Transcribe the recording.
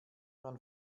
man